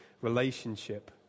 relationship